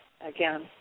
again